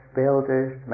builders